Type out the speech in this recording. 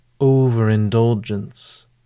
overindulgence